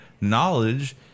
knowledge